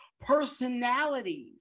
personalities